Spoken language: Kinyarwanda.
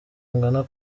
ungana